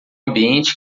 ambiente